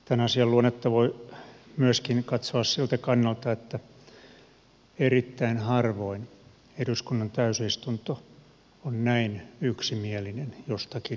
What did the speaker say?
tämän asian luonnetta voi myöskin katsoa siltä kannalta että erittäin harvoin eduskunnan täysistunto on näin yksimielinen jostakin asiasta